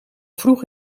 vroeg